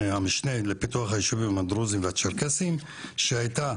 המשנה לפיתוח היישובים הדרוזים והצ'רקסים שהייתה